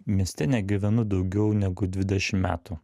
mieste negyvenu daugiau negu dvidešim metų